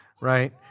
right